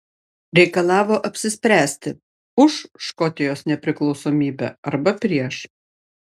reikalavo apsispręsti už škotijos nepriklausomybę arba prieš